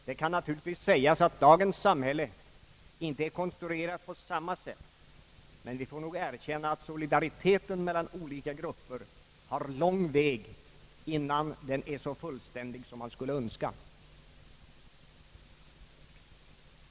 Det kan naturligtvis sägas att dagens samhälle inte är konstruerat på samma sätt, men vi får nog erkänna att solidariteten mellan olika grupper har lång väg innan den blir så fullständig som man skulle önska.